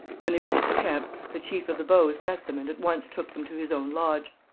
when they reached the camp the chief of the bows met them and at once took them to his own lodge.